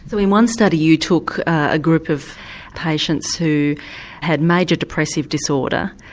so in one study you took a group of patients who had major depressive disorder,